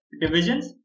divisions